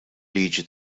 liġi